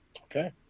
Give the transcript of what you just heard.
Okay